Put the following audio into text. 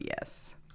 yes